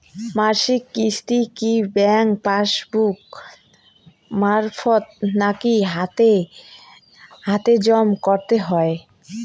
মাসিক কিস্তি কি ব্যাংক পাসবুক মারফত নাকি হাতে হাতেজম করতে হয়?